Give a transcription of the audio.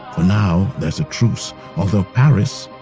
for now there's a truce although paris,